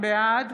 בעד